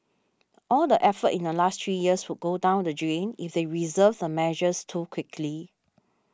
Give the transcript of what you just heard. all the effort in the last three years would go down the drain if they reverse the measures too quickly